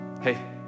Hey